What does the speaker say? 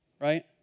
right